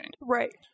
right